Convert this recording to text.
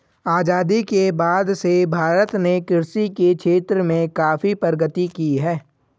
आजादी के बाद से भारत ने कृषि के क्षेत्र में काफी प्रगति की है